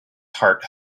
heart